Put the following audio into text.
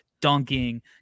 dunking